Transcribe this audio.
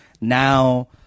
now